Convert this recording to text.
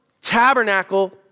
tabernacle